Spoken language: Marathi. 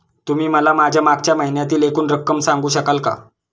तुम्ही मला माझ्या मागच्या महिन्यातील एकूण रक्कम सांगू शकाल का?